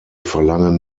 verlangen